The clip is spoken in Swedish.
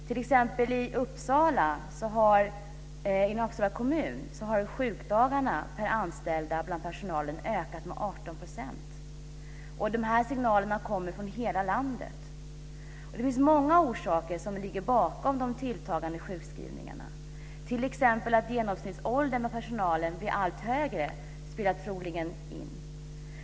T.ex. inom Uppsala kommun har personalens sjukdagar ökat med 18 %. De här signalerna kommer från hela landet. Det finns många orsaker till de tilltagande sjukskrivningarna. T.ex. att personalens genomsnittsålder blir allt högre spelar troligen in.